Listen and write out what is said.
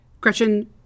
Gretchen